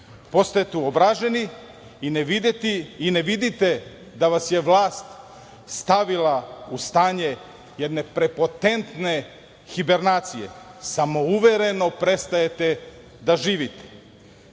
Postajete uobraženi i ne vidite da vas je vlast stavila u stanje jedne prepotentne hibernacije, samouvereno prestajete da živite.